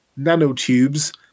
nanotubes